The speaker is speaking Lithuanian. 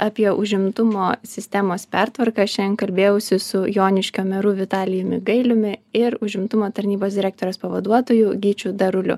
apie užimtumo sistemos pertvarką šian kalbėjausi su joniškio meru vitalijumi gailiumi ir užimtumo tarnybos direktorės pavaduotoju gyčiu daruliu